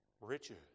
riches